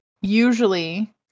usually